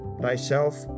thyself